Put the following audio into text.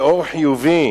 באור חיובי.